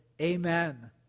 amen